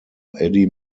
eddie